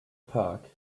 pack